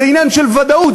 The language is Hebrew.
זה עניין של ודאות,